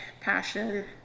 passion